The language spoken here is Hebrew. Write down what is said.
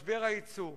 משבר היצוא.